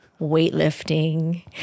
weightlifting